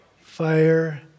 fire